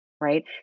Right